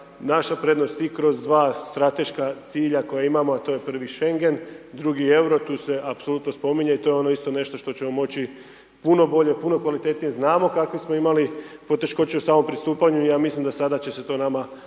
naše prednosti i kroz dva strateška cilja koje imamo a to je prvi Schengen, drugi euro, tu se apsolutno spominje, to je isto ono nešto što ćemo moći puno bolje, puno kvalitetnije, znamo kako smo imali poteškoća u samom pristupanju, ja mislim da sada će se to nama